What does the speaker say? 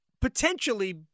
potentially